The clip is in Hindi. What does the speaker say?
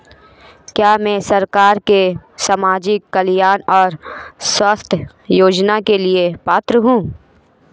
क्या मैं सरकार के सामाजिक कल्याण और स्वास्थ्य योजना के लिए पात्र हूं?